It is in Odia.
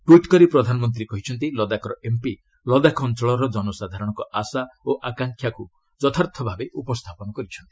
ଟ୍ୱିଟ୍ କରି ପ୍ରଧାନମନ୍ତ୍ରୀ କହିଛନ୍ତି ଲଦାଖର ଏମ୍ପି ଲଦାଖ ଅଞ୍ଚଳର ଜନସାଧାରଣଙ୍କ ଆଶା ଓ ଆକାକ୍ଷାଂକୁ ଯଥାର୍ଥ ଭାବେ ଉପସ୍ଥାପନ କରିଚ୍ଛନ୍ତି